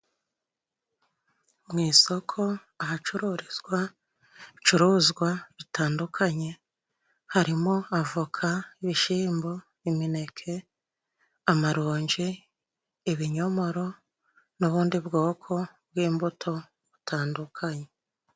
Mu isoko ahacururizwa ibicuruzwa bitandukanye，harimo avoka， ibishyimbo， imineke，amaronji， ibinyomoro n'ubundi bwoko bw'imbuto butandukanye.